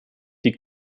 die